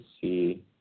see